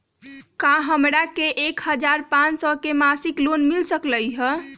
का हमरा के एक हजार पाँच सौ के मासिक लोन मिल सकलई ह?